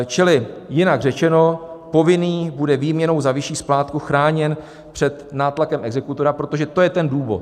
Čili jinak řečeno, povinný bude výměnou za vyšší splátku chráněn před nátlakem exekutora, protože to je ten důvod.